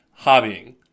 hobbying